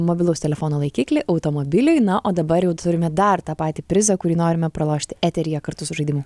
mobilaus telefono laikiklį automobiliui na o dabar jau turime dar tą patį prizą kurį norime pralošti eteryje kartu su žaidimu